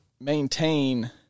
maintain